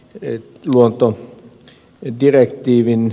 en luota edirektiivin